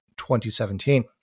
2017